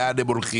לאן הם הולכים.